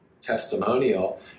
testimonial